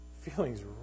feelings